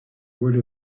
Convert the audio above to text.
word